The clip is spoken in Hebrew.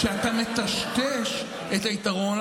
כשאתה מטשטש את היתרון,